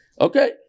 Okay